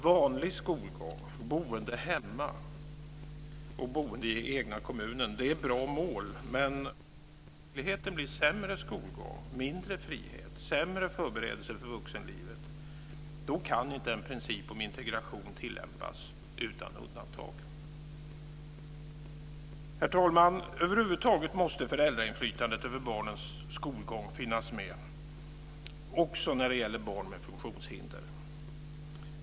Vanlig skolgång, boende hemma och boende i den egna kommunen är bra mål. Men om det i verkligheten blir sämre skolgång, mindre frihet, sämre förberedelse för vuxenlivet kan inte en princip om integration tillämpas utan undantag. Herr talman! Över huvud taget måste föräldrainflytandet över barnens skolgång finnas med också när det gäller barn med funktionshinder.